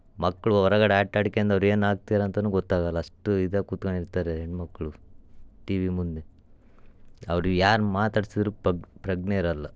ಮಕ್ಕಳು ಹೊರಗಡೆ ಆಟಾಡ್ಕ್ಯಂಡ್ ಅವ್ರು ಏನು ಆಗ್ತಿದಾರ್ ಅಂತನೂ ಗೊತ್ತಾಗೋಲ್ಲ ಅಷ್ಟು ಇದಾಗಿ ಕುತ್ಕಂಡಿರ್ತಾರೆ ಹೆಣ್ಣು ಮಕ್ಕಳು ಟಿ ವಿ ಮುಂದೆ ಅವ್ರಿಗೆ ಯಾರು ಮಾತಾಡ್ಸಿದ್ರೂ ಪ್ರಜ್ಞೆ ಇರೋಲ್ಲ